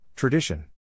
Tradition